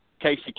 Casey